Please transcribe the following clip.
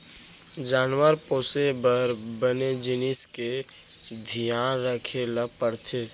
जानवर पोसे बर बने जिनिस के धियान रखे ल परथे